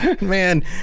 Man